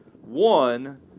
One